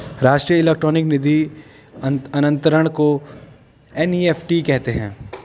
राष्ट्रीय इलेक्ट्रॉनिक निधि अनंतरण को एन.ई.एफ.टी कहते हैं